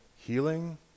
healing